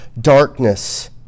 darkness